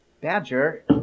badger